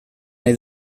nahi